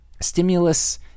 Stimulus